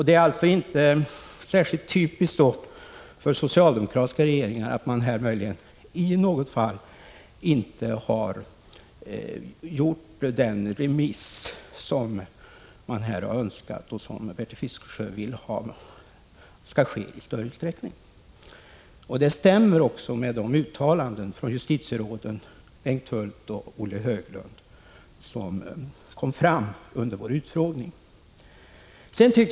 Det är alltså inte särskilt typiskt för socialdemokratiska regeringar att man möjligen i något fall inte har genomfört den remiss som här har önskats och som enligt vad Bertil Fiskesjö vill skall ske i större utsträckning. Detta stämmer också med de uttalanden av justitieråden Bengt Hult och Olof Höglund som gjordes under vår utfrågning.